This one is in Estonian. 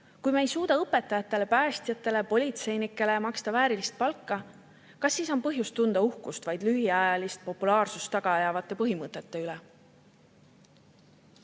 Kui me ei suuda õpetajatele, päästjatele ja politseinikele maksta väärilist palka, kas siis on põhjust tunda uhkust vaid lühiajalist populaarsust taga ajavate põhimõtete üle?